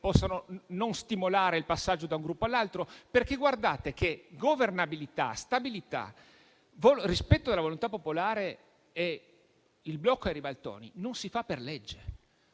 possono non stimolare il passaggio da un Gruppo all'altro. Guardate infatti che governabilità, stabilità, rispetto della volontà popolare e blocco dei ribaltoni non si fanno per legge,